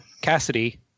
Cassidy